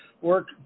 work